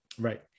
Right